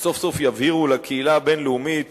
שסוף-סוף יבהירו לקהילה הבין-לאומית